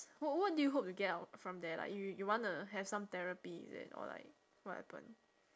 wh~ what do you hope to get out from there like you you wanna have some therapy is it or like what happen